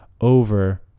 over